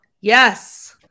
Yes